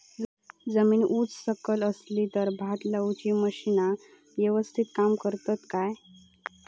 जमीन उच सकल असली तर भात लाऊची मशीना यवस्तीत काम करतत काय?